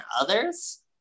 others